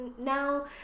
now